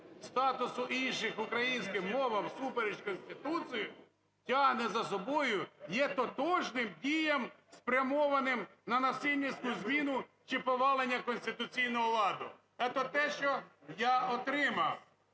(статусу іншим, українським… мовам) всупереч Конституції тягне за собою… є тотожним діям, спрямованим на насильницьку зміну чи повалення конституційного ладу. Это те, що я отримав,